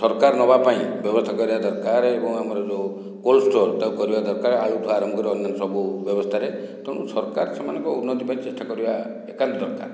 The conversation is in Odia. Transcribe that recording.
ସରକାର ନେବା ପାଇଁ ବ୍ୟବସ୍ଥା କରିବା ଦରକାର ଏବଂ ଆମର ଯେଉଁ କୋଲଡ଼ ଷ୍ଟୋର ତାକୁ କରିବା ଦରକାର ଆଳୁ ଠୁ ଆରମ୍ଭ କରି ଅନ୍ୟ ସବୁ ବ୍ୟବସ୍ଥାରେ ତେଣୁ ସରକାର ସେମାନଙ୍କ ଉନ୍ନତି ପାଇଁ ଚେଷ୍ଟା କରିବା ଏକାନ୍ତ ଦରକାର